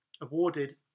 awarded